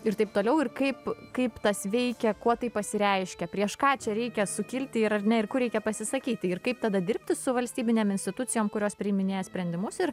ir taip toliau ir kaip kaip tas veikia kuo tai pasireiškia prieš ką čia reikia sukilti ir ar ne ir kur reikia pasisakyti ir kaip tada dirbti su valstybinėm institucijom kurios priiminėja sprendimus ir